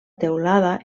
teulada